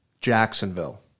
Jacksonville